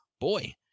boy